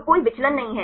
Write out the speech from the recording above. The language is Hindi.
तो कोई विचलन नहीं है